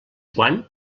quan